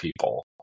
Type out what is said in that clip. people